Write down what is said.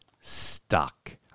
stuck